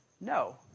No